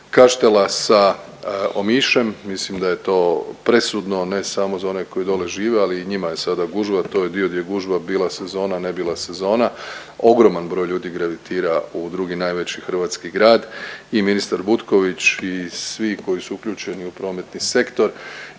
Kaštela sa Omišem. Mislim da je to presudno ne samo za one koji dolje žive, ali i njima je sada gužva jer to je dio gdje je gužva bila sezona, ne bila sezona. Ogroman broj ljudi gravitira u drugi najveći hrvatski grad. I ministar Butković i svi koji su uključeni u prometni sektor